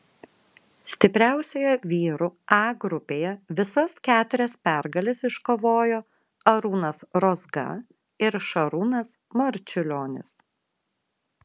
stipriausioje vyrų a grupėje visas keturias pergales iškovojo arūnas rozga ir šarūnas marčiulionis